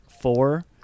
four